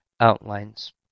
outlines